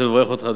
רוצה לברך אותך,